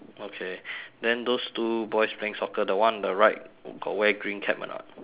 okay then those two boys playing soccer the one on the right got wear green cap or not